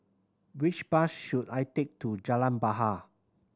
which bus should I take to Jalan Bahar